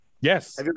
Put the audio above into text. yes